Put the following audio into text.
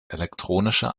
elektronische